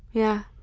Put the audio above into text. yeah,